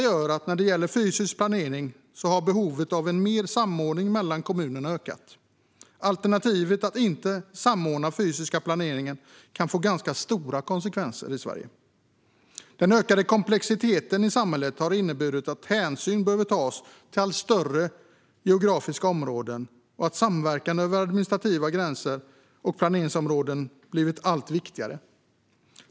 När det gäller fysisk planering har behovet av en större samordning mellan kommunerna ökat. Alternativet att inte samordna den fysiska planeringen kan få ganska stora konsekvenser för Sverige. Den ökade komplexiteten i samhället har inneburit att hänsyn behöver tas till allt större geografiska områden och att samverkan över administrativa gränser och planeringsområden blivit allt viktigare.